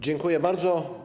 Dziękuję bardzo.